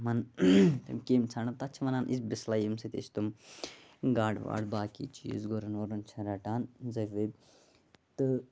مَن تِم کیٚمۍ ژھانٛڈان تَتھ چھِ وَنان بَسلاے ییٚمہِ سۭتۍ أسۍ تِم گاڈٕ واڈٕ باقٕے چیٖز گُرَن وُرَن چھِ رَٹان تہٕ